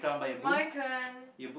my turn